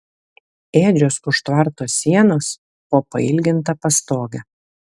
ėdžios už tvarto sienos po pailginta pastoge